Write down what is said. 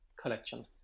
collection